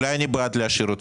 אולי אני בעד להשאיר אותם.